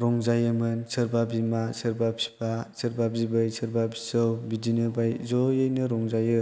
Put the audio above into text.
रंजायोमोन सोरबा बिमा सोरबा बिफा सोरबा बिबै सोरबा फिसौ बिब्दिनो ज'यैनो रंजायो